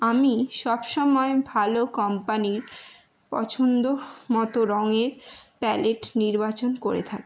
আমি সব সময় ভালো কোম্পানির পছন্দ মতো রঙের প্যালেট নির্বাচন করে থাকি